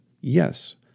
yes